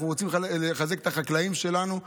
אנחנו רוצים לחזק את החקלאים שלנו,